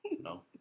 No